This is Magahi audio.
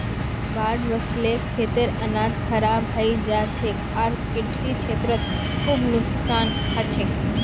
बाढ़ वस ल खेतेर अनाज खराब हई जा छेक आर कृषि क्षेत्रत खूब नुकसान ह छेक